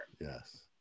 yes